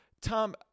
Tom